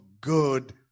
good